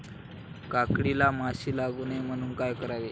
काकडीला माशी लागू नये म्हणून काय करावे?